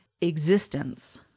existence